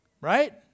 Right